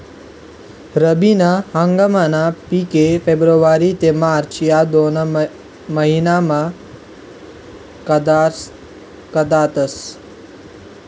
रब्बी ना हंगामना पिके फेब्रुवारी ते मार्च या दोन महिनामा काढातस